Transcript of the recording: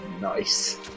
Nice